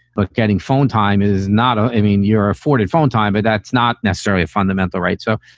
but getting phone time is not. ah i mean, you're afforded phone time, but that's not necessarily a fundamental right. so,